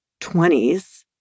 20s